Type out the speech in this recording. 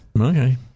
Okay